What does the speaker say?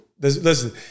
Listen